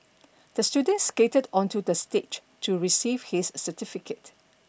the student skated onto the stage to receive his certificate